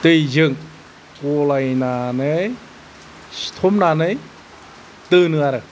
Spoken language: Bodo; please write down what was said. दैजों गलायनानै सिथमनानै दोनो आरो